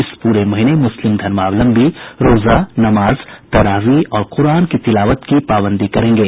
इस पूरे महीने मुस्लिम धर्मावलंबी रोजा नमाज तरावीह और कुरान की तिलावत की पाबंदी करेंगे